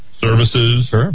services